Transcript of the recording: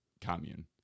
commune